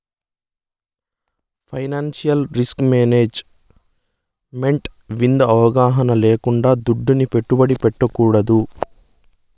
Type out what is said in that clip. financial risk management మింద అవగాహన లేకుండా దుడ్డుని పెట్టుబడి పెట్టకూడదు